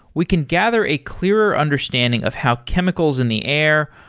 we can gather a clearer understanding of how chemicals in the air,